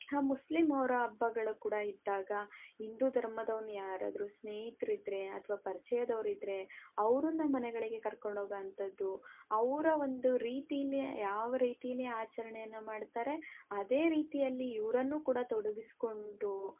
ಆ ಮುಸ್ಲಿಮ್ ಅವ್ರ ಹಬ್ಬಗಳು ಕೂಡ ಇದ್ದಾಗ ಹಿಂದೂ ಧರ್ಮದವನು ಯಾರಾದರೂ ಸ್ನೇಹಿತರಿದ್ರೆ ಅಥ್ವಾ ಪರಿಚಯದವ್ರು ಇದ್ದರೆ ಅವ್ರನ್ನು ಮನೆಗಳಿಗೆ ಕರ್ಕೊಂಡು ಹೋಗುವಂಥದ್ದು ಅವರ ಒಂದು ರೀತಿಲೇ ಯಾವ ರೀತಿಲೇ ಆಚರಣೆಯನ್ನು ಮಾಡ್ತಾರೆ ಅದೇ ರೀತಿಯಲ್ಲಿ ಇವರನ್ನು ಕೂಡ ತೊಡಗಿಸಿಕೊಂಡು